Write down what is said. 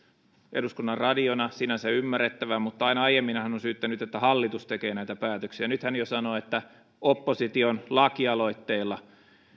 eduskunnan radiona sinänsä ymmärrettävää mutta aina aiemmin hän on syyttänyt että hallitus tekee näitä päätöksiä nyt hän jo sanoo että opposition lakialoitteella